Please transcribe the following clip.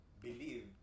believe